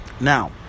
Now